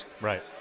right